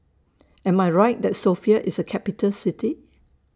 Am I Right that Sofia IS A Capital City